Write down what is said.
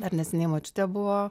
dar neseniai močiutė buvo